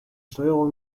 steuerung